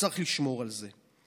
וצריך לשמור על זה.